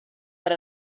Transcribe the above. per